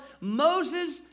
Moses